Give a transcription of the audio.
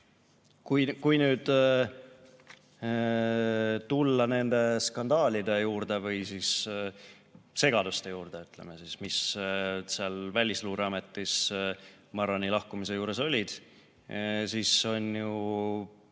Kui nüüd tulla nende skandaalide juurde või segaduste juurde, mis seal Välisluureametis Marrani lahkumise juures olid, siis on ju